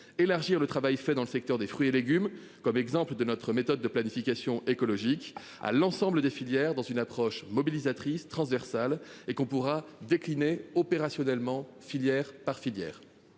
élargir le travail fait dans le secteur des fruits et légumes comme exemple de notre méthode de planification écologique à l'ensemble des filières dans une approche mobilisatrice transversales et qu'on pourra décliner opérationnellement filière par filière.